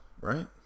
Right